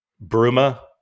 Bruma